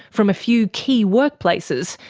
from a few key workplaces,